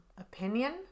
opinion